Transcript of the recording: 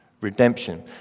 Redemption